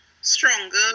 stronger